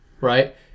right